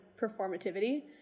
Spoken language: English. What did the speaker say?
performativity